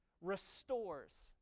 Restores